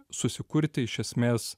susikurti iš esmės